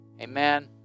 Amen